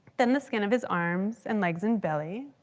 then the skin of his arms and legs and belly,